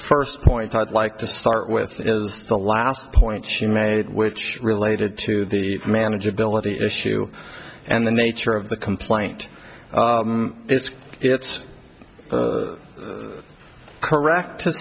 first point i'd like to start with is the last point she made which related to the manageability issue and the nature of the complaint it's it's correct